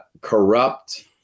corrupt